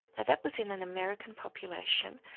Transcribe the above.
that was in an american population.